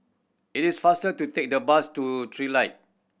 it is faster to take the bus to Trilight